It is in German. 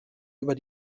über